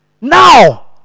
Now